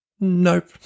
Nope